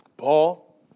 Paul